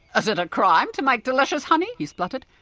is it a crime to make delicious honey? he spluttered.